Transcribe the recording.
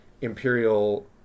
imperial